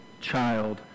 child